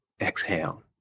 exhale